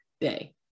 day